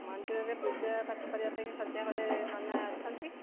ମନ୍ଦିରରେ ପୂଜା ପାଠ କରିବା ପାଇଁ ସନ୍ଧ୍ୟାବେଳେ ନନା ଅଛନ୍ତି